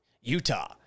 Utah